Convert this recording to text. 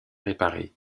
réparés